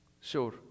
Sure